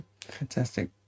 Fantastic